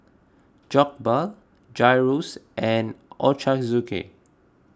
Jokbal Gyros and Ochazuke